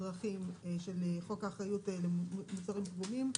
בדרכים של חוק האחריות למוצרים פגומים,